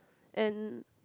and